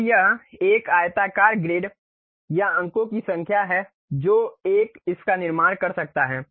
अब यह एक आयताकार ग्रिड या अंकों की संख्या है जो एक इसका निर्माण कर सकता है